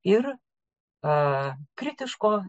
ir kritiško